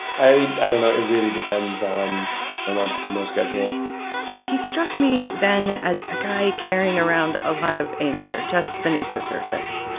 i i don't know. it really depends on my mom's chemo schedule he struck me then as a guy carrying around a lot of anger just beneath the surface.